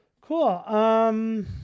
Cool